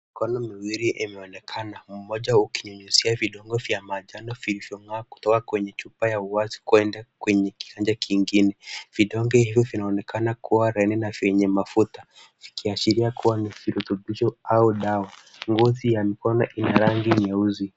Mikono miwili imeonekana, mmoja ukinyunyizia vidonge vya manjano vilivyong'aa kutoka kwenye chupa ya uwazi kwenda kwenye kiganja kingine. Vidonge hivyo vinaonekana kuwa laini na vyenye mafuta, vikiashiria kuwa ni virutubisho au dawa. Ngozi ya mikono ina rangi nyeusi.